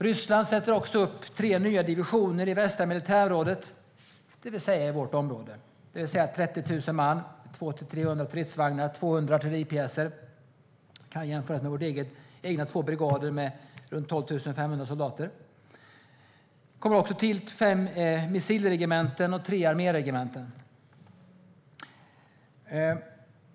Ryssland sätter också upp tre nya divisioner i det västra militärområdet, det vill säga i vårt område, med 30 000 man, 200-300 stridsvagnar och 200 artilleripjäser. Det kan jämföras med våra egna två brigader med runt 12 500 soldater. Det kommer också till fem missilregementen och tre arméregementen.